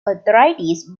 authorities